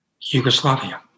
Yugoslavia